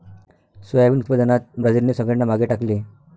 soybean उत्पादनात ब्राझीलने सगळ्यांना मागे टाकले